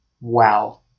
wow